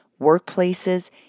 workplaces